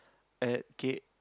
at K